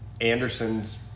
Anderson's